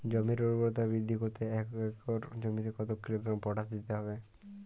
জমির ঊর্বরতা বৃদ্ধি করতে এক একর জমিতে কত কিলোগ্রাম পটাশ দিতে হবে?